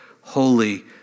holy